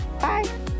Bye